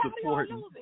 supporting